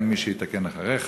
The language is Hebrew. אין מי שיתקן אחריך.